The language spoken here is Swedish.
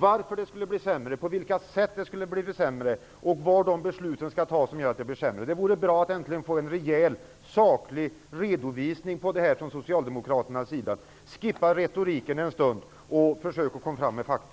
varför det blir sämre, på vilka sätt det blir sämre och var dessa beslut som leder till att det blir sämre skall tas. Det vore bra att få en rejäl, saklig redovisning från socialdemokraterna. Skippa retoriken en stund och försök att komma med fakta!